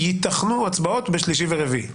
ייתכנו הצבעות בשלישי ורביעי.